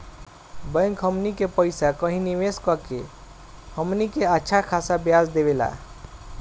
bank हमनी के पइसा कही निवेस कऽ के हमनी के अच्छा खासा ब्याज देवेला